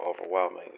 overwhelming